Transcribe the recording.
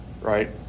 right